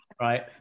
right